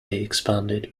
expanded